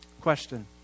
Question